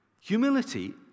Humility